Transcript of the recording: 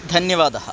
धन्यवादः